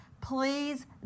Please